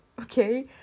okay